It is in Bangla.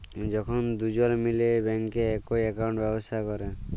যখল দুজল মিলে ব্যাংকে একই একাউল্ট ব্যবস্থা ক্যরে